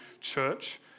church